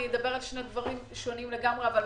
אני אדבר על שני דברים מאוד חשובים.